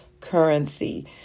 currency